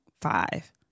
five